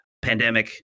pandemic